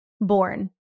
born